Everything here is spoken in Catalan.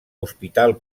hospital